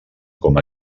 com